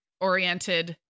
oriented